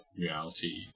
reality